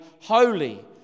holy